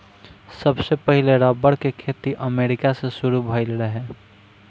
सबसे पहिले रबड़ के खेती अमेरिका से शुरू भईल रहे